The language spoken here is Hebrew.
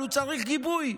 אבל הוא צריך גיבוי,